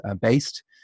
based